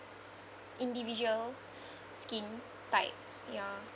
individual skin type ya